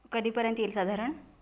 कधीपर्यंत येईल साधारण